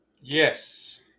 Yes